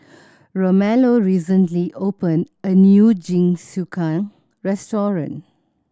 Romello recently opened a new Jingisukan restaurant